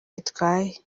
bitwaye